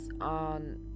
on